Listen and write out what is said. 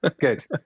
Good